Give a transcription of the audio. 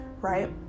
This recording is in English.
right